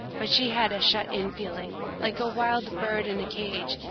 but she had a shut-in feeling, like a wild bird in a cage,